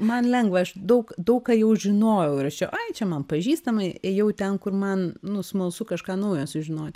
man lengva aš daug daug ką jau žinojau ir aš ai čia man pažįstama ėjau ten kur man nu smalsu kažką naujo sužinoti